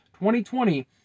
2020